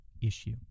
issue